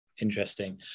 Interesting